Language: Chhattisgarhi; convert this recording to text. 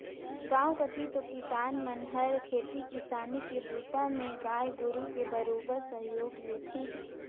गांव कति तो किसान मन हर खेती किसानी के बूता में गाय गोरु के बरोबेर सहयोग लेथें ही